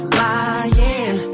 lying